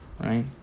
Right